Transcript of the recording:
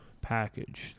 package